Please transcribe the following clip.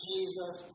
Jesus